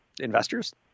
investors